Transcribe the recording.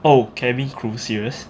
oh cabin crew serious